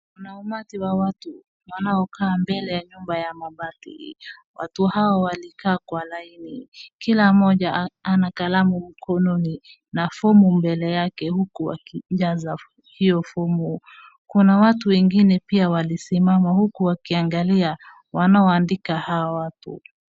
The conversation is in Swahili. Kuna umati wa watu, wanaokaa mbele ya nyumba ya mabati. Watu hao walikaa kwa laini, kila mmoja ana kalamu mkononi na fomu mbele yake huku wakijaza hiyo fomu. Kuna watu wengine pia walisimama huku wakiangalia wanaoandika hao watu.